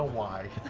ah why.